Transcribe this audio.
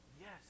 yes